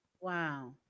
wow